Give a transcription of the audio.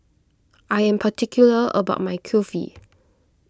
I am particular about my Kulfi